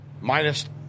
minus